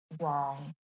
wrong